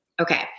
okay